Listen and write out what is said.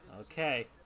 Okay